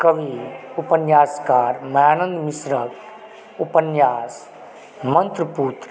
कवि उपन्यासकार मायानन्द मिश्रके उपन्यास मन्त्रपुत्र